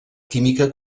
química